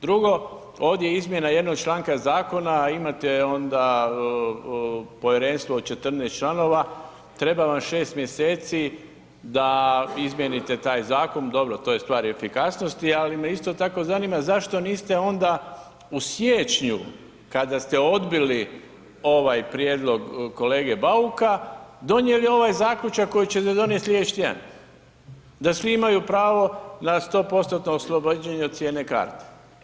Drugo, ovdje izmjena jednog članka zakona, imate onda povjerenstvo od 14 članka, treba vam 6 mj. da izmijenite taj zakon, dobro to je stvar efikasnosti ali me isto tako zanima zašto niste onda u siječnju kada ste odbili ovaj prijedlog kolege Bauka, donijeli ovaj zaključak koji ćete donijeti slijedeći tjedan, da svi imaju pravo na 100%-tno oslobođenje od cijene karti.